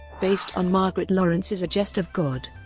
based on margaret laurence's a jest of god,